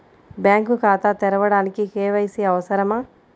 Bank ఖాతా తెరవడానికి KYC అవసరమా?